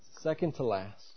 Second-to-last